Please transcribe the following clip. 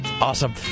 Awesome